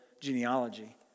genealogy